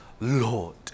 Lord